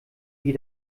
wie